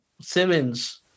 Simmons